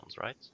right